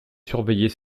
surveiller